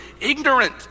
ignorant